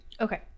Okay